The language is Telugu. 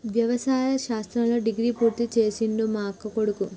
వ్యవసాయ శాస్త్రంలో డిగ్రీ పూర్తి చేసిండు మా అక్కకొడుకు